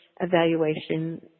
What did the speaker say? evaluation